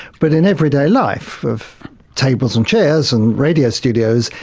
but in everyday life of tables and chairs and radio studios,